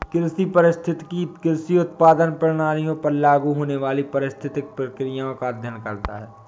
कृषि पारिस्थितिकी कृषि उत्पादन प्रणालियों पर लागू होने वाली पारिस्थितिक प्रक्रियाओं का अध्ययन करता है